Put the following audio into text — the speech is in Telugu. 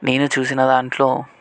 నేను చూసిన దాంట్లో